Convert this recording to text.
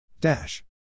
Dash